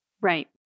Right